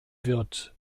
wird